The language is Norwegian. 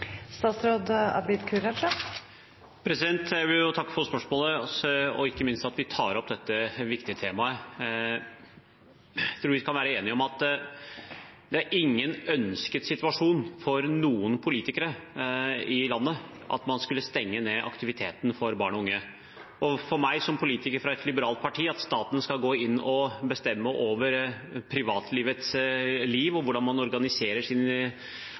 Jeg vil takke for spørsmålet, og ikke minst for at man tar opp dette viktige temaet. Jeg tror vi kan være enige om at det ikke er en ønsket situasjon for noen politiker i landet å måtte stenge ned barn og unges aktiviteter. For meg, som er politiker fra et liberalt parti, sitter det veldig langt inne at staten skal gå inn og bestemme over privatlivet til folk og hvordan man organiserer